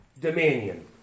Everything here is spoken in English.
dominion